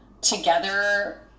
together